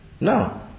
No